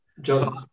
John